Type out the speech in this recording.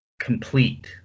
complete